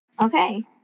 Okay